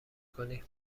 کنی